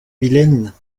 vilaine